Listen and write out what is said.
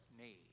need